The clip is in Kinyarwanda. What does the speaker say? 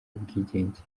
ubwigenge